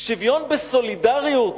שוויון בסולידריות,